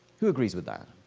who agrees with that?